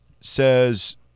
says